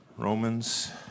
Romans